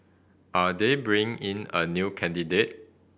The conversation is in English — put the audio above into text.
are they bringing in a new candidate